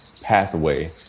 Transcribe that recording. pathway